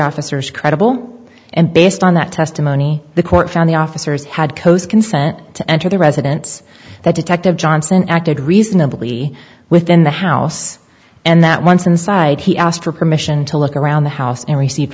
officers credible and based on that testimony the court found the officers had coast consent to enter the residence that detective johnson acted reasonably within the house and that once inside he asked for permission to look around the house and receive